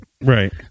Right